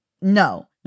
No